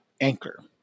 Anchor